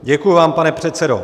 Děkuji vám, pane předsedo.